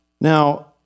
Now